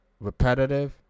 repetitive